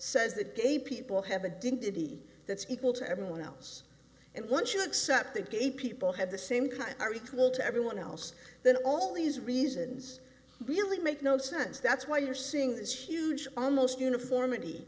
says that gay people have a diddy that's equal to everyone else and once you accept that gay people have the same kind are equal to everyone else then all these reasons really make no sense that's why you're seeing this huge almost uniformity